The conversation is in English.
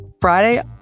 Friday